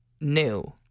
new